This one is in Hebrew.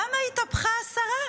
למה התהפכה השרה?